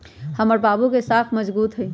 हमर बाबू के साख मजगुत हइ